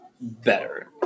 better